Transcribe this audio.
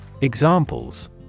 Examples